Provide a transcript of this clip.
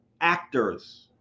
actors